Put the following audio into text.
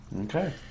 Okay